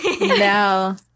No